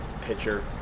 pitcher